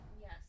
Yes